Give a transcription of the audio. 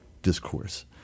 discourse